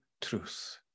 truth